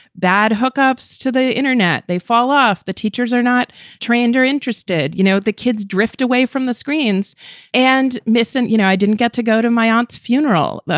bad hookups to the internet, they fall off. the teachers are not trained or interested. you know, the kids drift away from the screens and missing. you know, i didn't get to go to my aunt's funeral.